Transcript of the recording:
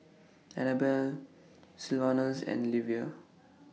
Anabel Sylvanus and Livia